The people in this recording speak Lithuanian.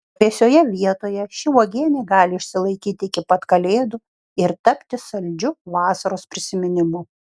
vėsioje vietoje ši uogienė gali išsilaikyti iki pat kalėdų ir tapti saldžiu vasaros prisiminimu